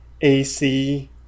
AC